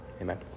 Amen